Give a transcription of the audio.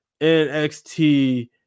nxt